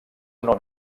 nom